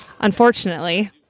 unfortunately